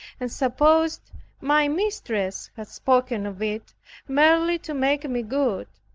and supposed my mistress had spoken of it merely to make me good,